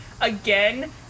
again